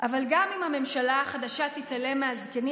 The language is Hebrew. אבל גם אם הממשלה החדשה תתעלם מהזקנים,